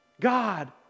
God